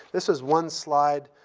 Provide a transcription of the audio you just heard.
this is one slide.